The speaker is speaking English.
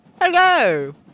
Hello